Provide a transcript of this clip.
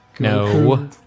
No